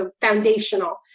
foundational